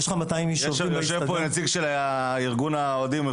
יושב פה נציג של ארגון האוהדים.